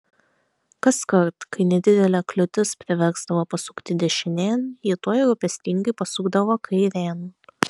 kaskart kai nedidelė kliūtis priversdavo pasukti dešinėn ji tuoj rūpestingai pasukdavo kairėn